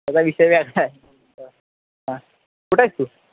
त्याचा विषय कुठं आहेस तू